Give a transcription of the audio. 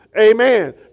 Amen